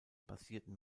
basierten